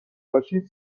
باشید